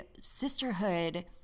sisterhood